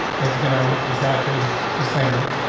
it's gonna look exactly the same way.